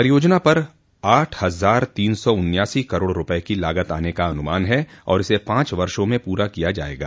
परियोजना पर आठ हजार तीन सौ उन्यासी करोड़ रूपये की लागत आने का अनुमान है और इसे पांच वर्षो में पूरा किया जायेगा